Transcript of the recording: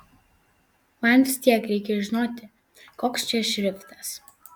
man vis tiek reikia žinoti koks čia šriftas